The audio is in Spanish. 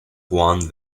juan